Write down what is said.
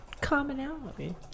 commonality